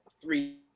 three